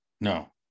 no